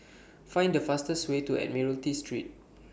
Find The fastest Way to Admiralty Street